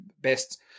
best